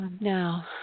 Now